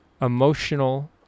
emotional